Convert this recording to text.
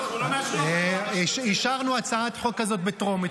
אנחנו לא מאשרים --- אישרנו הצעת חוק כזאת בטרומית,